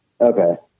Okay